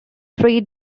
three